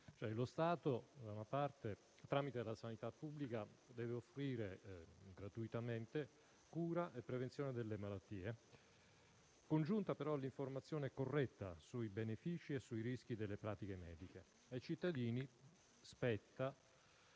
Lo Stato da una parte, tramite la sanità pubblica, deve offrire gratuitamente cura e prevenzione delle malattie, congiuntamente però a un'informazione corretta sui benefici e sui rischi delle pratiche mediche. Ai cittadini spetta